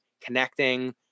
connecting